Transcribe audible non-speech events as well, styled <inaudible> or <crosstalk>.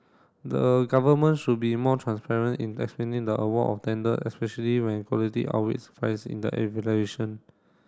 the government should be more transparent in explaining the award of tender especially when quality outweighs price in the <unintelligible>